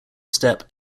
step